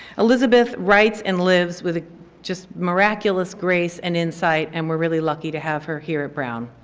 elizabeth writes and lives with a just miraculous grace and insight and we're really lucky to have her here at brown.